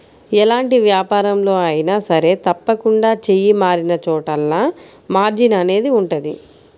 ఎలాంటి వ్యాపారంలో అయినా సరే తప్పకుండా చెయ్యి మారినచోటల్లా మార్జిన్ అనేది ఉంటది